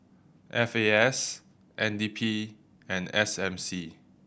F A S N D P and S M C